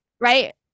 right